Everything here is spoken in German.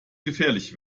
gefährlich